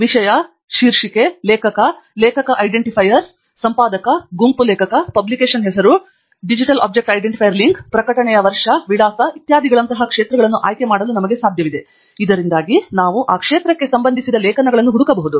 ವಿಷಯ ಶೀರ್ಷಿಕೆ ಲೇಖಕ ಲೇಖಕ ಐಡೆಂಟಿಫೈಯರ್ಗಳು ಸಂಪಾದಕ ಗುಂಪು ಲೇಖಕ ಪಬ್ಲಿಕೇಷನ್ ಹೆಸರು DOI ಲಿಂಕ್ ಪ್ರಕಟಣೆಯ ವರ್ಷ ವಿಳಾಸ ಇತ್ಯಾದಿಗಳಂತಹ ಕ್ಷೇತ್ರಗಳನ್ನು ಆಯ್ಕೆ ಮಾಡಲು ನಮಗೆ ಸಾಧ್ಯವಿದೆ ಇದರಿಂದಾಗಿ ನಾವು ಆ ಕ್ಷೇತ್ರಕ್ಕೆ ಸಂಬಂಧಿಸಿದ ಲೇಖನಗಳನ್ನು ಹುಡುಕಬಹುದು